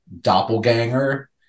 doppelganger